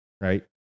right